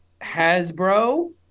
Hasbro